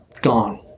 gone